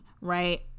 right